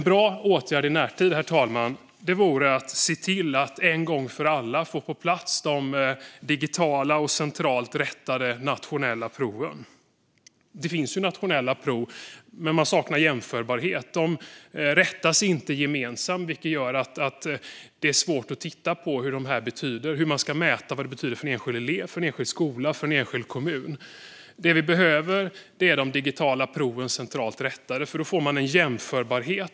En bra åtgärd i närtid vore att en gång för alla få på plats de digitala och centralt rättade nationella proven. Det finns nationella prov, men man saknar jämförbarhet. De rättas inte gemensamt, vilket gör att det är svårt att mäta vad de betyder för en enskild elev, en enskild skola och en enskild kommun. Vi behöver som sagt digitala prov som rättas centralt, för då får vi en jämförbarhet.